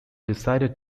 decided